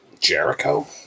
Jericho